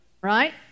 Right